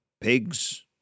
Pigs